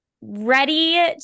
ready